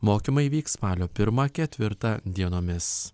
mokymai vyks spalio pirmą ketvirtą dienomis